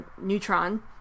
Neutron